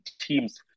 teams